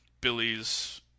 Billy's